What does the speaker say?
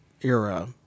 era